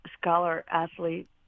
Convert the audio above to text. scholar-athlete